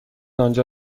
آنجا